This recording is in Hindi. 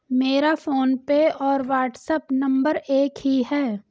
मेरा फोनपे और व्हाट्सएप नंबर एक ही है